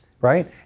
right